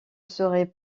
serait